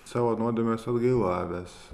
savo nuodėmes atgailavęs